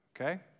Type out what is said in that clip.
Okay